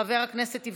חבר הכנסת עידן רול,